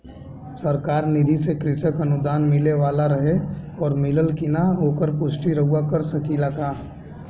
सरकार निधि से कृषक अनुदान मिले वाला रहे और मिलल कि ना ओकर पुष्टि रउवा कर सकी ला का?